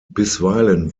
bisweilen